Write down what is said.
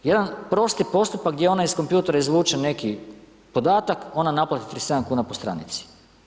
Jedan prosti postupak gdje ona iz kompjutora izvuče neki podatak, ona naplati 37,00 kn po stranici.